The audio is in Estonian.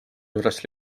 juurest